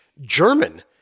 German